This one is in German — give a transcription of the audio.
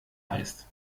heißt